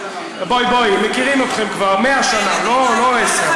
בואי, בואי, מכירים אתכם כבר מאה שנה, לא עשר.